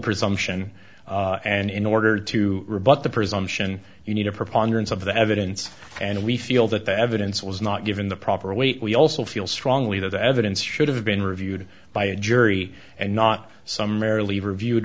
presumption and in order to rebut the presumption you need a preponderance of the evidence and we feel that the evidence was not given the proper weight we also feel strongly that the evidence should have been reviewed by a jury and not some rarely ev